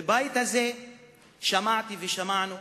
בבית הזה שמעתי, ושמענו,